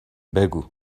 بگو